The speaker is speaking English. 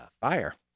fire